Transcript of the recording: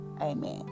amen